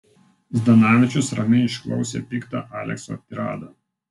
zdanavičius ramiai išklausė piktą alekso tiradą